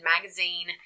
magazine